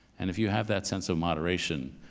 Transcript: and if you have that sense of moderation,